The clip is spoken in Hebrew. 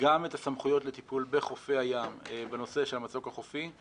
גם את הסמכויות לטיפול בחופי הים בנושא של המצוק החופי.